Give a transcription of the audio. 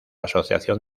asociación